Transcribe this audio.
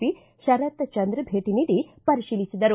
P Sharatchandra ಭೇಟಿ ನೀಡಿ ಪರಿತೀಲಿಸಿದರು